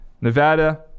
Nevada